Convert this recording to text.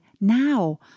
Now